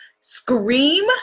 scream